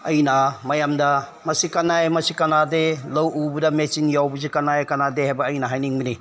ꯑꯩꯅ ꯃꯌꯥꯝꯗ ꯃꯁꯤ ꯀꯥꯟꯅꯩ ꯃꯁꯤ ꯀꯥꯟꯅꯗꯦ ꯂꯧ ꯎꯕꯗ ꯃꯦꯆꯤꯟ ꯌꯥꯎꯕꯁꯦ ꯀꯥꯟꯅꯩ ꯀꯥꯟꯅꯗꯦ ꯍꯥꯏꯕ ꯑꯩꯅ ꯍꯥꯏꯅꯤꯡꯕꯅꯤ